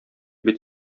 бит